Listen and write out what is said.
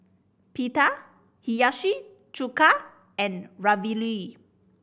Pita Hiyashi Chuka and Ravioli